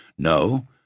No